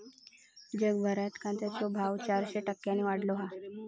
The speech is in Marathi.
जगभरात कागदाचो वापर चारशे टक्क्यांनी वाढलो हा